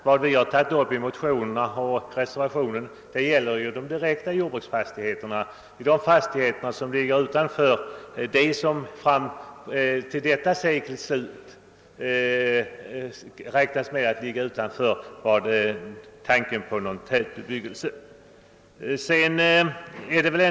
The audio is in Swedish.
Vad vi har tagit upp i motionerna och i reservationen gäller de direkta jordbruksfastigheterna, de som under överskådlig tid beräknas komma att ligga utanför tätbebyggelse.